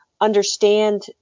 understand